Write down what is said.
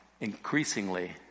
increasingly